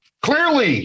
Clearly